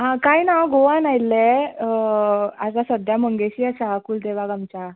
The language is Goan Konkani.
आं कांय ना हांव गोवान आयिल्लें आतां सद्याक मंगेशी आसा कुळदेवाक आमच्या